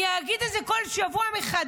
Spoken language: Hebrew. אני אגיד את זה כל שבוע מחדש,